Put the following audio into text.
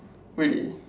really